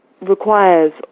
requires